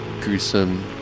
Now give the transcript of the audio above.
gruesome